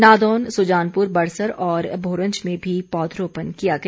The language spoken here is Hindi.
नादौन सुजानपुर बड़सर और मोरंज में भी पौधरोपण किया गया